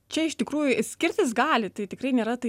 čia iš tikrųjų skirtis gali tai tikrai nėra tai